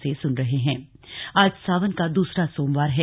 सावन सोमवार आज सावन का दूसरा सोमवार है